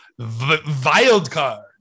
Wildcard